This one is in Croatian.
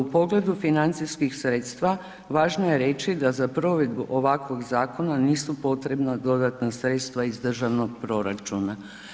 U pogledu financijskih sredstva, važno je reći da za provedbu ovakvog zakona nisu potrebna dodatna sredstva iz državnog proračuna.